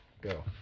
Go